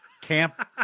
camp